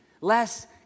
less